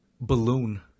balloon